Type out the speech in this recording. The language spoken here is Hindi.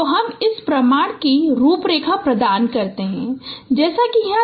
तो हम इस प्रमाण की रूपरेखा प्रदान करते हैं जैसा कि यहां दिया गया है